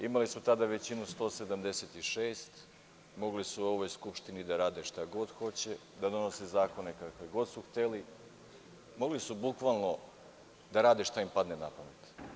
Imali su tada većinu 176, mogli su u ovoj Skupštini da rade šta god hoće, da donose zakone kakve god su hteli, mogli su bukvalno da rade šta im padne na pamet.